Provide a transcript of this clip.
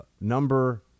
Number